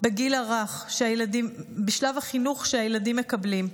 שהילדים מקבלים.